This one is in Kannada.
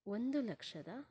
ಒಂದು ಲಕ್ಷದ